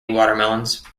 watermelons